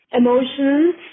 emotions